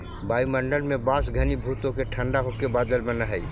वायुमण्डल में वाष्प घनीभूत होके ठण्ढा होके बादल बनऽ हई